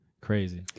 Crazy